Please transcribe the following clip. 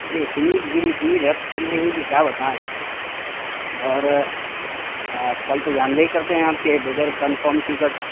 ارے اتنی بھیڑ اتنی رش چل رہی ہے کہ کیا بتائیں اور آج کل تو جانتے ہی کرتے ہیں آپ کہ بغیر کنفرم ٹکٹ